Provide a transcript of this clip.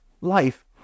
Life